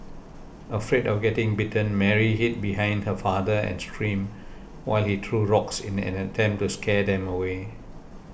afraid of getting bitten Mary hid behind her father and screamed while he threw rocks in an attempt to scare them away